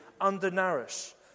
undernourished